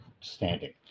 standing